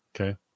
Okay